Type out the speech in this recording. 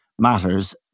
Matters